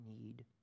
need